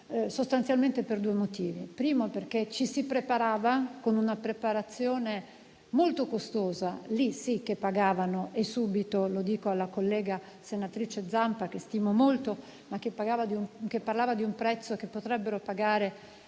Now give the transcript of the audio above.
sostanzialmente per due motivi: in primo luogo, perché ci si preparava con una preparazione molto costosa. In quel caso sì che pagavano e subito. Lo dico alla collega senatrice Zampa, che stimo molto, ma che parlava di un prezzo che potrebbero pagare